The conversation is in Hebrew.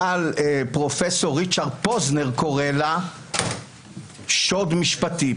פרופ' ריצ'רד פוזנר קורא לה שוד משפטי,